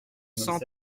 cent